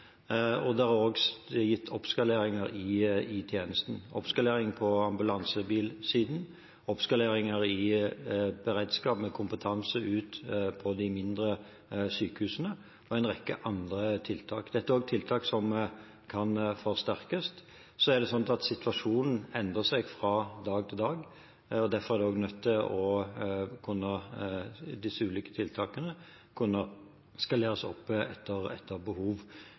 og det er også gitt oppskaleringer i tjenesten – oppskalering med bil på ambulansesiden, oppskaleringer i beredskap med kompetanse på de mindre sykehusene og en rekke andre tiltak. Dette er tiltak som kan forsterkes. Situasjonen endrer seg fra dag til dag. Derfor er vi nødt til å kunne oppskalere disse ulike tiltakene